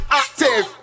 active